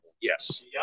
Yes